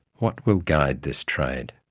what will guide this trade?